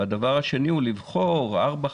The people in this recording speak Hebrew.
והדבר השני הוא לבחור ארבע,